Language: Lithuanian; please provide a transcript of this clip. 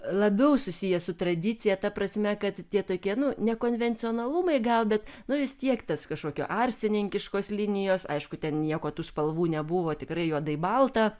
labiau susiję su tradicija ta prasme kad tie tokie nu ne konvencionalumai gal bet nu vis tiek tas kažkokio arsininkiškos linijos aišku ten nieko tų spalvų nebuvo tikrai juodai balta